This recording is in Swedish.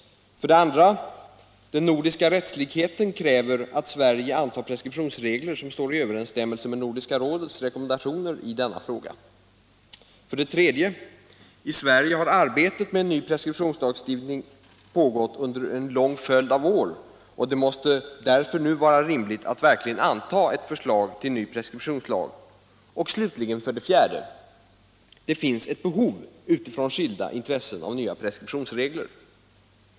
För det andra: Den nordiska rättslikheten kräver att Sverige antar preskriptionsregler som står i överensstämmelse med Nordiska rådets rekommendationer i denna fråga. För det tredje: I Sverige har arbetet med ny preskriptionslagstiftning pågått under en lång följd av år, och det måste därför nu vara rimligt att verkligen anta ett förslag till ny preskriptionslag. Och slutligen för det fjärde: Det finns ett behov utifrån skilda intressen av nya preskriptionstider.